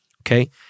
Okay